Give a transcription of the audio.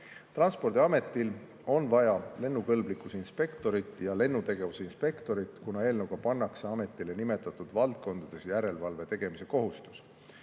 Transpordiametil on vaja lennukõlblikkuse inspektorit ja lennutegevuse inspektorit, kuna eelnõus pannakse ametile nimetatud valdkondades järelevalve tegemise kohustus.